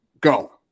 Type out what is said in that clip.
Go